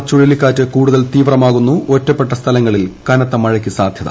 കൃാർ ചുഴലിക്കാറ്റ് കൂടുതൽ തീവ്രമാകുന്നു ഒറ്റപ്പെട്ട സ്ഥലങ്ങളിൽ കനത്ത മഴയ്ക്ക് സാധ്യത